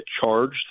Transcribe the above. charged